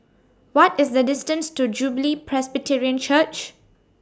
What IS The distance to Jubilee Presbyterian Church